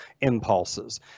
impulses